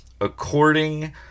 according